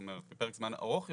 לפרק זמן ארוך יותר,